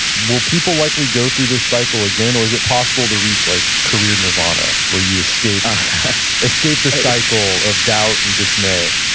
will people likely go through this cycle again or is it possible to reach like career nirvana where you escape escape the cycle of doubt and dismay?